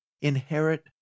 Inherit